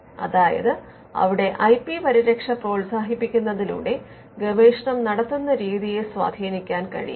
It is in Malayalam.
അതായത് അവിടെ ഐ പി പരിരക്ഷ പ്രോത്സാഹിപ്പിക്കുന്നതിലൂടെ ഗവേഷണം നടത്തുന്ന രീതിയെ സ്വാധീനിക്കാൻ കഴിയും